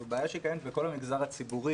זו בעיה שהיא קיימת בכל המגזר הציבורי.